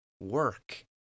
work